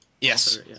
Yes